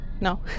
no